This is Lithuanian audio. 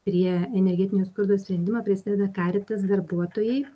prie energetinio skurdo sprendimo prisideda karitas darbuotojai